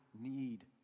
need